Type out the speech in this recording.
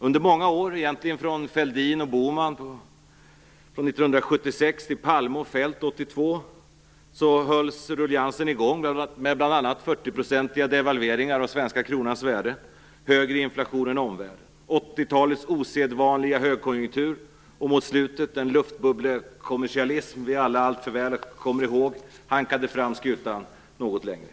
Under många år, egentligen från Fälldins och Bohmans tid 1976 till Palme och Feldt 1982, hölls ruljansen i gång med bl.a. 40-procentiga devalveringar av den svenska kronans värde och en högre inflation än omvärlden. 80-talets osedvanliga högkonjunktur och, mot slutet, den luftbubblekommersialism vi alla alltför väl kommer ihåg, hankade fram skutan något längre.